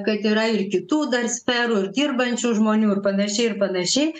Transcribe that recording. kad yra ir kitų dar sferų ir dirbančių žmonių ir panašiai ir panašiai